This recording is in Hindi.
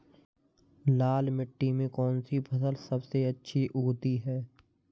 लाल मिट्टी में कौन सी फसल सबसे अच्छी उगती है?